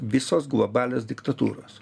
visos globalios diktatūros